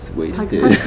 wasted